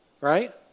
right